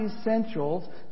essentials